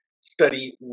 study